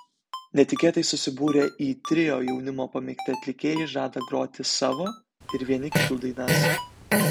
netikėtai susibūrę į trio jaunimo pamėgti atlikėjai žada groti savo ir vieni kitų dainas